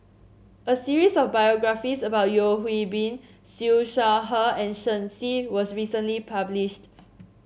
a series of biographies about Yeo Hwee Bin Siew Shaw Her and Shen Xi was recently published